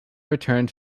returned